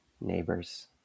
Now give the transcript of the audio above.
neighbors